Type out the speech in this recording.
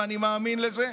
ואני מאמין לזה,